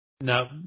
No